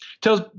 Tells